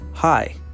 Hi